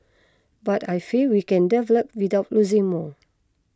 but I feel we can develop without losing more